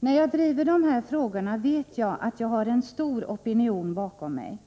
När jag driver de här frågorna, vet jag att jag har en stor opinion bakom mig.